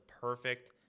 perfect